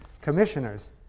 Commissioners